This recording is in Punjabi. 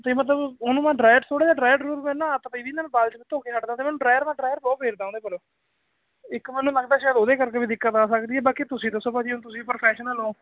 ਜੇ ਮਤਲਬ ਉਹਨੂੰ ਮੈਂ ਡਰਾਇਅਰ ਥੋੜਾ ਜਿਹਾ ਡਰਾਇਅਰ ਨਾਹ ਧੋ ਕੇ ਵੀ ਨਾ ਜਦੋਂ ਵਾਲ ਮੈਂ ਧੋ ਹੱਟਦਾ ਤੇ ਮੈਨੂੰ ਡਰਾਇਅਰ ਬਹੁਤ ਫੇਰਦਾ ਉਹਦੇ ਪਰ ਇੱਕ ਮੈਨੂੰ ਲੱਗਦਾ ਸ਼ਾਇਦ ਉਹਦੇ ਕਰਕੇ ਵੀ ਦਿੱਕਤ ਆ ਸਕਦੀ ਬਾਕੀ ਤੁਸੀਂ ਦੱਸੋ ਭਾਅ ਜੀ ਹੁਣ ਤੁਸੀਂ ਪ੍ਰੋਫੈਸ਼ਨਲ ਹੋ